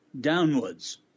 downwards